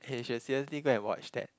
okay you should seriously go and watch that